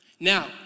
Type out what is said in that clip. Now